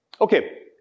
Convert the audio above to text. Okay